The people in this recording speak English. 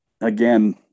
Again